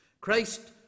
Christ